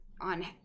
on